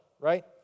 right